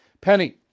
Penny